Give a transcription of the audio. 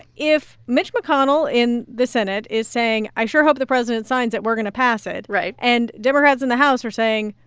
if mitch mcconnell, in the senate, is saying, i sure hope the president signs it, we're going to pass it, and democrats in the house are saying,